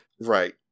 right